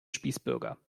spießbürger